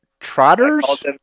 trotters